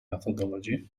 methodology